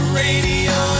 radio